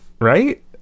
right